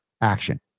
action